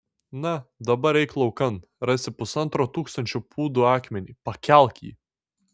na dabar eik laukan rasi pusantro tūkstančio pūdų akmenį pakelk jį